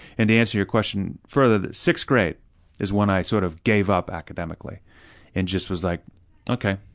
and to answer your question further, sixth grade is when i sort of gave up academically and just was like okay,